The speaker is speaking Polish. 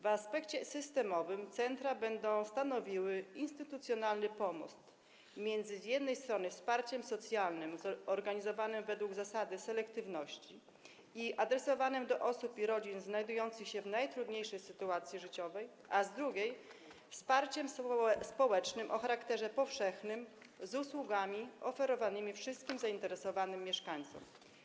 W aspekcie systemowym centra będą stanowiły instytucjonalny pomost pomiędzy z jednej strony wsparciem socjalnym organizowanym według zasady selektywności i adresowanym do osób i rodzin znajdujących się w najtrudniejszej sytuacji życiowej, a z drugiej - wsparciem społecznym o charakterze powszechnym, z usługami oferowanymi wszystkim zainteresowanym mieszkańcom.